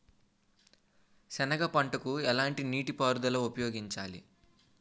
సెనగ పంటకు ఎలాంటి నీటిపారుదల ఉపయోగించాలి?